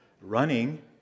running